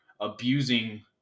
abusing